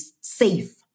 safe